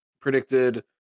predicted